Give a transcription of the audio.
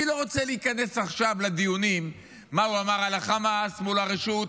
אני לא רוצה להיכנס עכשיו לדיונים מה הוא אמר על החמאס מול הרשות,